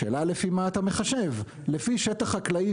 השאלה לפי מה אתה מחשב: לפי שטח חקלאי